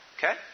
Okay